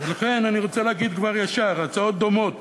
לכן אני רוצה להגיד כבר ישר: הצעות דומות